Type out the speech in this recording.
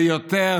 זה יותר